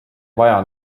vaja